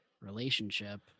relationship